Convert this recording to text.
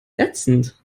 ätzend